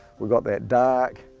we've got that dark,